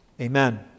Amen